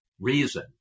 reason